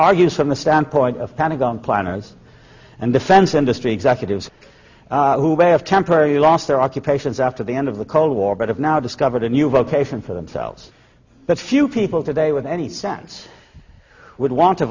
argues from the standpoint of pentagon planners and defense industry executives who have temporary lost their occupations after the end of the cold war but have now discovered a new vocation for themselves that few people today with any sense would want to